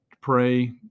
pray